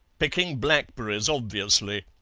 picking blackberries. obviously